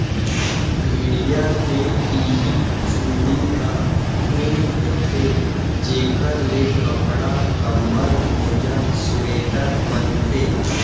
भेड़िया के इहीं चूंदी ह ऊन होथे जेखर ले कपड़ा, कंबल, मोजा, स्वेटर बनथे